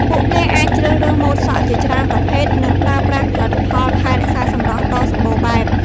ពួកគេអាចជ្រើសរើសម៉ូតសក់ជាច្រើនប្រភេទ និងប្រើប្រាស់ផលិតផលថែរក្សាសម្រស់ដ៏សម្បូរបែប។